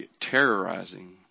terrorizing